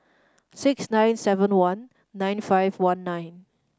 six nine seven one nine five one nine